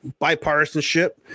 bipartisanship